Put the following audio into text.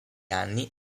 anni